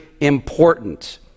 important